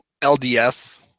lds